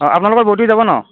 অ আপোনালোকৰ বৌতি যাব ন'